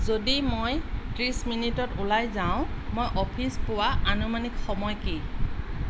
যদি মই ত্ৰিশ মিনিটত ওলাই যাওঁ মই অফিচ পোৱা অনুমানিক সময় কি